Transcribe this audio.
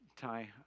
Ty